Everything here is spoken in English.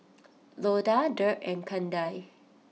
Loda Dirk and Kendal